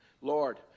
Lord